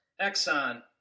Exxon